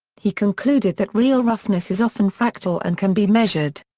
he concluded that real roughness is often fractal and can be measured.